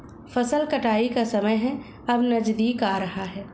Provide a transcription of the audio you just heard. फसल कटाई का समय है अब नजदीक आ रहा है